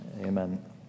amen